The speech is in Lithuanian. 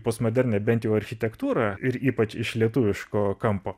postmodernią bent jau architektūrą ir ypač iš lietuviško kampo